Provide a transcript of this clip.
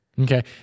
Okay